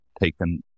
taken